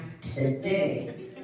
today